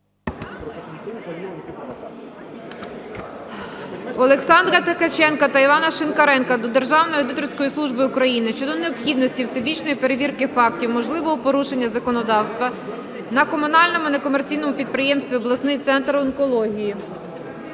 Олександра Ткаченка та Івана Шинкаренка до Державної аудиторської служби України щодо необхідності всебічної перевірки фактів можливого порушення законодавства на Комунальному некомерційному підприємстві "Обласний центр онкології".